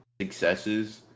successes